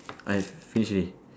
I finish already